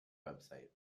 website